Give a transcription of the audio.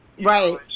right